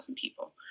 people